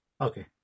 Okay